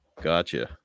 Gotcha